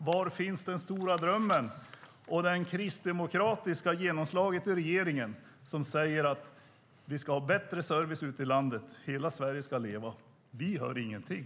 Var finns den stora drömmen och det kristdemokratiska genomslaget i regeringen som säger att vi ska ha bättre service ute i landet och att hela Sverige ska leva? Vi hör ingenting.